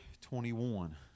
twenty-one